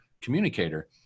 communicator